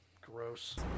Gross